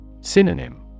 Synonym